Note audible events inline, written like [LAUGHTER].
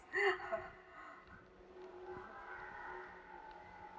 [BREATH] [LAUGHS]